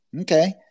Okay